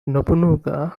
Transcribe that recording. nobunaga